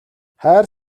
хайр